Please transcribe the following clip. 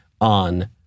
on